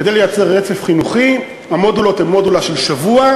כדי לייצר רצף חינוכי, המודולות הן של שבוע.